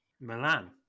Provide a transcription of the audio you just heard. Milan